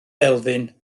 elfyn